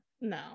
no